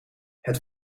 het